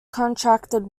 contracted